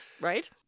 right